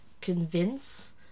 convince